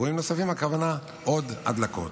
ב"אירועים נוספים" הכוונה היא לעוד הדלקות.